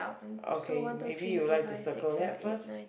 okay maybe you would like to circle that first